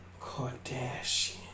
kardashian